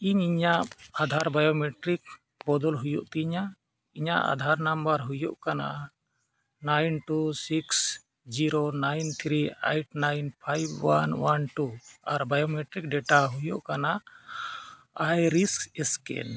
ᱤᱧ ᱤᱧᱟᱹᱜ ᱟᱫᱷᱟᱨ ᱵᱚᱫᱚᱞ ᱦᱩᱭᱩᱜ ᱛᱤᱧᱟ ᱤᱧᱟᱹᱜ ᱦᱩᱭᱩᱜ ᱠᱟᱱᱟ nine two six zero nine three eight nine five one one two ᱟᱨ ᱦᱩᱭᱩᱜ ᱠᱟᱱᱟ